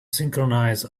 synchronize